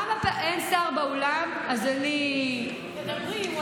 אין שר באולם, אז אני, תדברי.